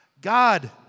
God